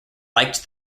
liked